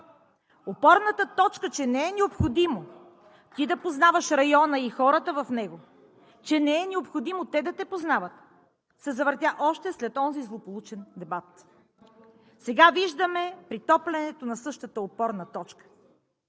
Опорната точка, че не е необходимо ти да познаваш района и хората в него, че не е необходимо те да те познават, се завъртя още след онзи злополучен дебат. Сега виждаме претоплянето на същата опорна точка.